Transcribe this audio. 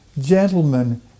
gentlemen